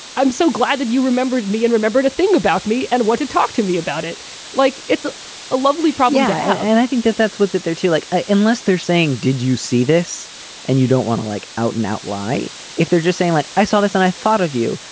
i'm so glad that you remembered me and remembered a thing about me and want to talk to me about it like it's a lovely program yeah and i think that that's what's it there to like. ah unless they're saying did you see this and you don't want to like out and out lie if they're just saying like i saw this and i thought of you.